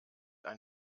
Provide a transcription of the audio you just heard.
ein